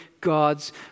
God's